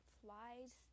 flies